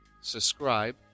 subscribe